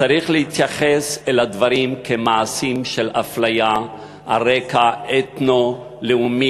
צריך להתייחס אל הדברים כמעשים של אפליה על רקע אתנו-לאומי,